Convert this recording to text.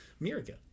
America